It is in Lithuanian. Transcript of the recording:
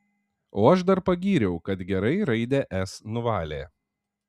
o aš dar pagyriau kad gerai raidę s nuvalė